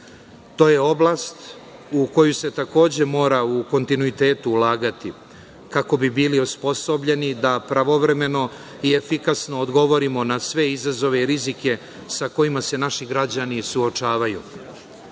To je oblast u koju se, takođe, mora u kontinuitetu ulagati kako bi bili osposobljeni da pravovremeno i efikasno odgovorimo na sve izazove i rizike sa kojima se naši građani suočavaju. Imajući